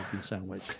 sandwich